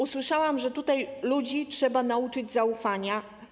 Usłyszałam tutaj, że ludzi trzeba nauczyć zaufania.